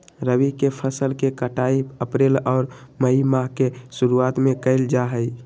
रबी के फसल के कटाई अप्रैल और मई माह के शुरुआत में कइल जा हई